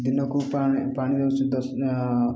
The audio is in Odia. ଦିନକୁ ପାଣି ପାଣି ଦଉଛି ଦଶ